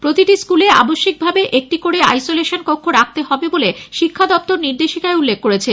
প্রতিটি স্কুলে আবশ্যিক ভাবে একটি করে আইসোলেশন কক্ষ রাখতে হবে বলে শিক্ষাদপ্তর নির্দেশিকায় উল্লেখ করেছে